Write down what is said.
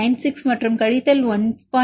96 மற்றும் கழித்தல் 1